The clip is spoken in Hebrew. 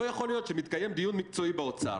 לא יכול להיות שמתקיים דיון מקצועי באוצר